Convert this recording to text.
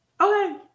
Okay